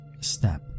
Step